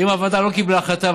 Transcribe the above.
אם הוועדה לא קיבלה החלטה,